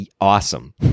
awesome